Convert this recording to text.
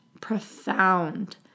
profound